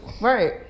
right